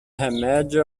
remédio